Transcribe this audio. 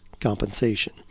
compensation